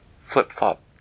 flip-flop